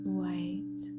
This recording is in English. white